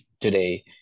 today